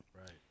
Right